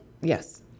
yes